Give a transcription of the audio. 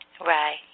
Right